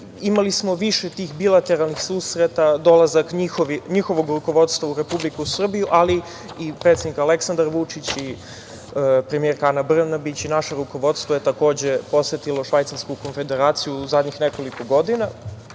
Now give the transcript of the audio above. Imali smo više tih bilateralnih susreta, dolazak njihovog rukovodstva u Republiku Srbiju, ali i predsednik Aleksandar Vučić i premijerka Ana Brnabić i naše rukovodstvo je takođe posetilo Švajcarsku Konfederaciju u zadnjih nekoliko godina. Jako